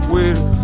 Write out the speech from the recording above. Waiter